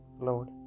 Lord